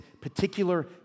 particular